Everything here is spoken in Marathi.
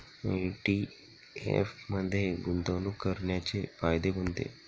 ई.टी.एफ मध्ये गुंतवणूक करण्याचे फायदे कोणते?